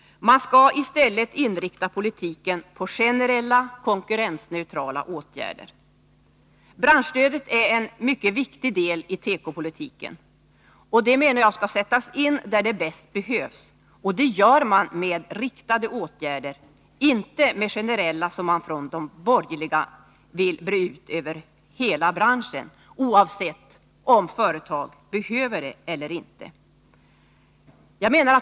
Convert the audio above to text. Man skulle i stället inrikta politiken på generella, konkurrensneutrala åtgärder. Branschstödet är en mycket viktig del i tekopolitiken. Det skall sättas in där det bäst behövs, och det gör man bäst med riktade åtgärder, inte med generella, som de borgerliga vill breda ut över hela branschen, oavsett om företagen behöver dem eller inte.